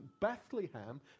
Bethlehem